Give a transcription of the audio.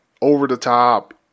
over-the-top